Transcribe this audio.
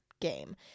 game